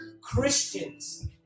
Christians